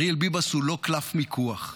אריאל ביבס הוא לא קלף מיקוח,